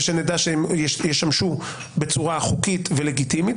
שנדע שהן ישמשו בצורה חוקית ולגיטימית,